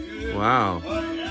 Wow